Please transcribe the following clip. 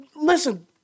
Listen